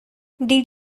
did